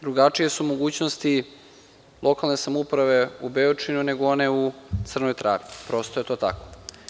Drugačije su mogućnosti lokalne samouprave u Beočinu nego one u Crnoj Travi, prosto je to tako.